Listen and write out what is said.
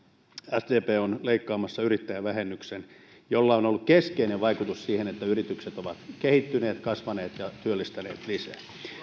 sdp on leikkaamassa yrittäjävähennyksen jolla on ollut keskeinen vaikutus siihen että yritykset ovat kehittyneet kasvaneet ja työllistäneet lisää